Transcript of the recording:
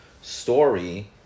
story